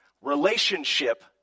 Relationship